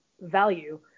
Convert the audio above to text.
value